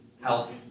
help